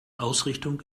ausrichtung